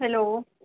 hello